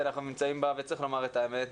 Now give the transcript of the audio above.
וצריך לומר את האמת,